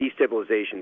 destabilization